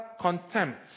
contempt